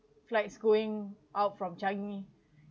flights going out from changi